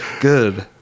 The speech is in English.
good